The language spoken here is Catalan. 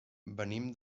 venim